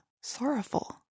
sorrowful